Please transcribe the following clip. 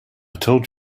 told